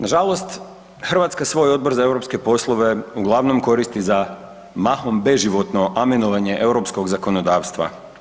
Nažalost, Hrvatska svoj Odbor za europske poslove uglavnom koristi za mahom beživotno amenovanje europskog zakonodavstva.